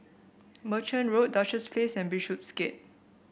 Merchant Road Duchess Place and Bishopsgate